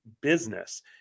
business